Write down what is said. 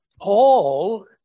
Paul